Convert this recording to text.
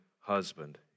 husband